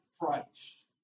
Christ